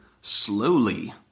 slowly